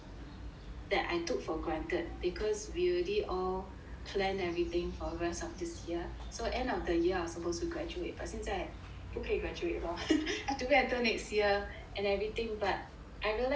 that I took for granted cause we already all plan everything for rest of this year so end of the year I supposed to graduate but 现在不可以 graduate lor have to wait until next year and everything but I realise that